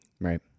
Right